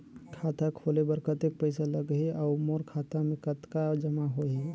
खाता खोले बर कतेक पइसा लगही? अउ मोर खाता मे कतका जमा होही?